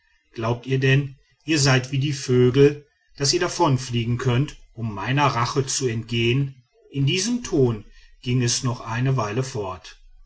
glaubt ihr denn ihr seid wie die vögel daß ihr davonfliegen könnt um meiner rache zu entgehen in diesem ton ging es noch eine weile fort